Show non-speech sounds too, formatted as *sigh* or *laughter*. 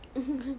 *laughs*